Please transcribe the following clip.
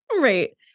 Right